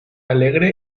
alegre